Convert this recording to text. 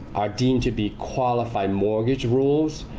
are deemed to be qualified mortgage rules.